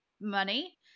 money